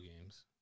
games